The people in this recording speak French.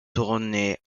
tournées